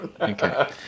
okay